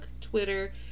Twitter